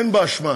אין בה אשמה.